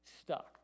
stuck